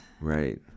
Right